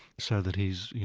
so that he's,